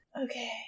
Okay